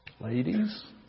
Ladies